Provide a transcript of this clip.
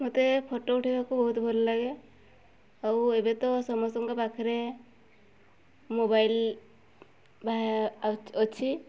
ମୋତେ ଫଟୋ ଉଠାଇବାକୁ ବହୁତ ଭଲ ଲାଗେ ଆଉ ଏବେ ତ ସମସ୍ତଙ୍କ ପାଖରେ ମୋବାଇଲ୍ ବା ଅଛି